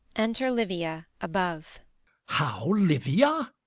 enter livia above how, livia?